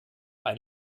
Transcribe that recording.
ein